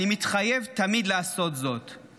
אני מתחייב לעשות זאת תמיד.